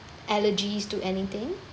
allergies to anything